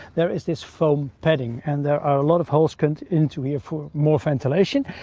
there is this foam padding. and there are a lot of holes cut into here for more ventilation,